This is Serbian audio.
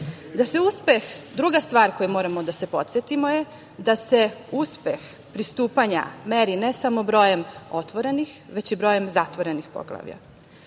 ka EU.Druga stvar koje moramo da se podsetimo je da se uspeh pristupanja meri ne samo brojem otvorenih, već i brojem zatvorenih poglavlja.